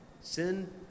Sin